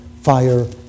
fire